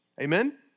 Amen